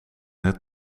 het